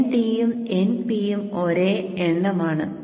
Nd ഉം Np ഉം ഒരേ എണ്ണം ആണ്